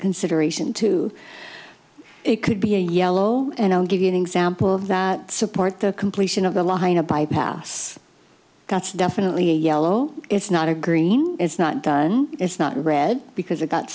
consideration too it could be a yellow and i'll give you an example of that support the completion of the line a bypass that's definitely a yellow it's not a green it's not done it's not red because it got